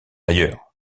ailleurs